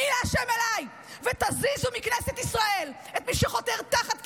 "מי לה' אלי" ותזיזו מכנסת ישראל את מי שחותר תחת קיומנו.